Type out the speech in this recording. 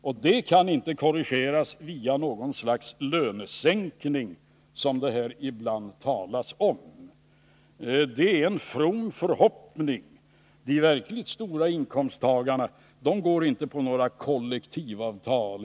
Och det kan inte korrigeras via något slags lönesänkning, som det här ibland talas om. Det är en from förhoppning. De verkligt stora inkomsttagarna går inte på några kollektivavtal.